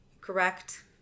correct